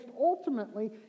ultimately